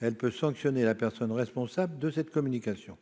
elle pourra sanctionner la personne responsable de cette communication.